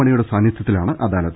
മണിയുടെ സാന്നിധൃത്തിലാണ് അദാലത്ത്